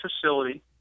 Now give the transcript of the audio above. facility